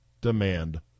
demand